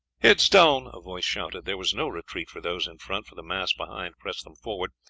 heads down! a voice shouted. there was no retreat for those in front, for the mass behind pressed them forward,